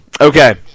Okay